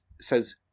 says